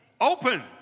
Open